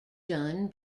done